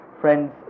Friends